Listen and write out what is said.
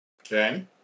Okay